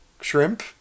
shrimp